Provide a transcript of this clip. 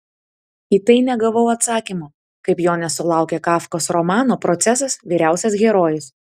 į tai negavau atsakymo kaip jo nesulaukė kafkos romano procesas vyriausias herojus